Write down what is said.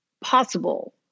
possible